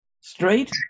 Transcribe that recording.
Straight